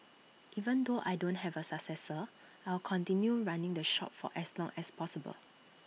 even though I don't have A successor I'll continue running the shop for as long as possible